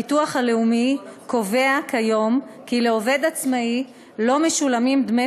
הביטוח הלאומי קובע כיום כי לעובד עצמאי לא משולמים דמי